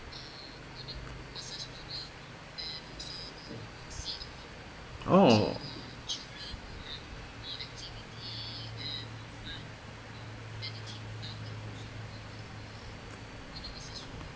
oh